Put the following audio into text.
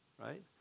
right